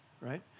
right